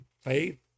faith